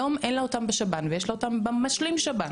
היום אין לה אותם בשב"ן ויש לה אותם במשלים שב"ן,